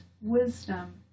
wisdom